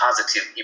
positive